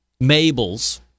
Mabel's